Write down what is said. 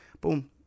boom